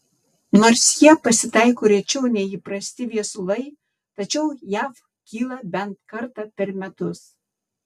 nors jie pasitaiko rečiau nei įprasti viesulai tačiau jav kyla bent kartą per metus